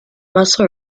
muscle